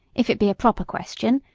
if it be a proper question.